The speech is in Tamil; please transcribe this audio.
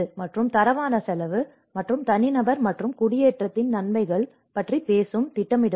மற்றும் தரமான செலவு மற்றும் தனிநபர் மற்றும் குடியேற்றத்தின் நன்மைகள் பற்றி பேசும் திட்டமிடுபவர்கள்